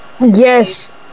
yes